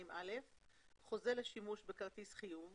חוזה לשימוש בכרטיס חיוב